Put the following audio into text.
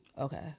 Okay